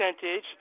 percentage